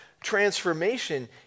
transformation